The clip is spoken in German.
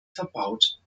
verbaut